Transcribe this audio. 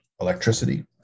Electricity